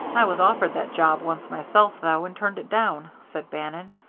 i was offered that job once myself, though, and turned it down, said bannon.